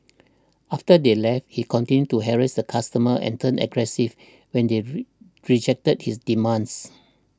after they left he continued to harass the customers and turned aggressive when they re rejected his demands